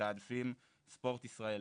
שמתעדפים ספורט ישראלי,